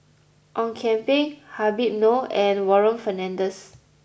Ong Kian Peng Habib Noh and Warren Fernandez